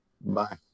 Bye